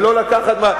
ולא לקחת מה,